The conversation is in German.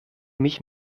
mich